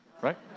right